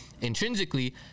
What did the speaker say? intrinsically